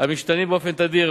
המשתנים באופן תדיר,